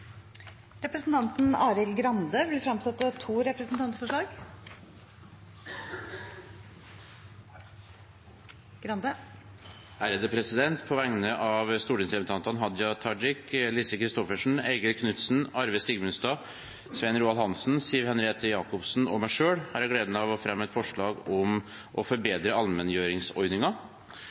Representanten Arild Grande vil fremsette to representantforslag. På vegne av stortingsrepresentantene Hadia Tajik, Lise Christoffersen, Eigil Knutsen, Arve Sigmundstad, Svein Roald Hansen, Siv Henriette Jacobsen og meg selv har jeg gleden av å fremme et forslag om å forbedre